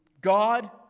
God